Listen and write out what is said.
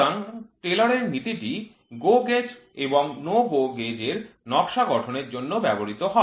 সুতরাং টেলরের নীতিটি GO gauge এবং NO GO gauge এর নকশা গঠনের জন্য ব্যবহৃত হয়